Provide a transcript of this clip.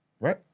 Right